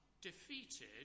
defeated